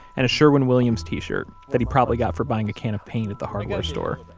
and a sherwin-williams t-shirt that he probably got for buying a can of paint at the hardware store.